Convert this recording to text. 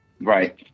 Right